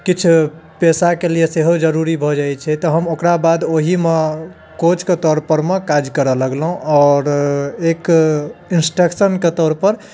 किछु पैसा कऽ लिए सेहो जरूरी भऽ जाइत छै तऽ हम ओकरा बाद ओहिमे कोचके तौर परमे काज करऽ लगलहुँ आओर एक इंस्टेक्शन कऽ तौर पर